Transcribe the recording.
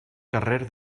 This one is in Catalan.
carrer